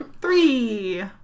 Three